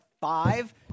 five